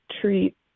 treat